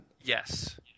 Yes